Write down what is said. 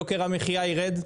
יוקר המחייה יירד,